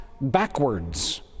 backwards